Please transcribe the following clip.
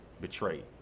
betrayed